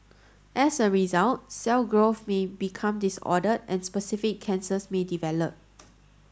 as a result cell growth may become disordered and specific cancers may develop